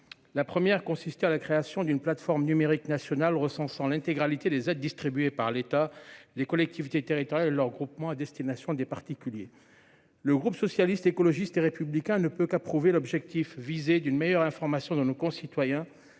La première consiste en la création d'une plateforme numérique nationale recensant l'intégralité des aides distribuées par l'État, les collectivités territoriales et leurs groupements à destination des particuliers. Le groupe Socialiste, Écologiste et Républicain ne peut qu'approuver l'objectif d'une meilleure information de nos concitoyens